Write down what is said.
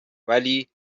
ولی